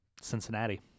Cincinnati